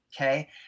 okay